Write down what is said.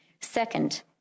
Second